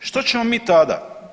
Što ćemo mi tada?